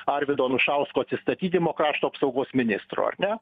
arvydo anušausko atsistatydimo krašto apsaugos ministro ar ne